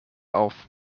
auf